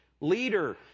leader